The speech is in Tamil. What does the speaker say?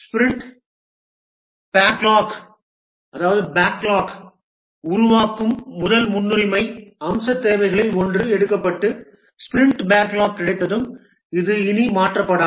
ஸ்பிரிண்ட் பேக்லாக் உருவாக்கும் முதல் முன்னுரிமை அம்சத் தேவைகளில் ஒன்று எடுக்கப்பட்டு ஸ்பிரிண்ட் பேக்லாக் கிடைத்ததும் இது இனி மாற்றப்படாது